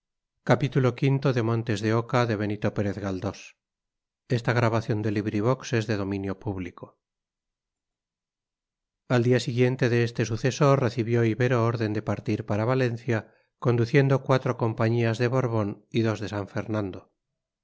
santiago tú al día siguiente de este suceso recibió ibero orden de partir para valencia conduciendo cuatro compañías de borbón y dos de san fernando